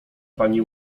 pani